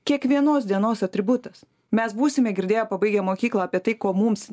kiekvienos dienos atributas mes būsime girdėję pabaigę mokyklą apie tai ko mums